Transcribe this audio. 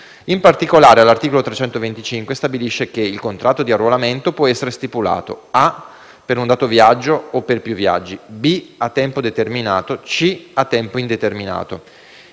In particolare, l'articolo 325 stabilisce che: «Il contratto di arruolamento può essere stipulato: a) per un dato viaggio o per più viaggi; b) a tempo determinato; c) a tempo indeterminato».